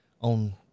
on